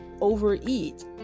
overeat